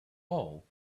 all